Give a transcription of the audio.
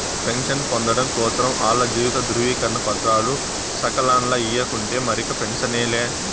pension పొందడం కోసరం ఆల్ల జీవిత ధృవీకరన పత్రాలు సకాలంల ఇయ్యకుంటే మరిక పెన్సనే లా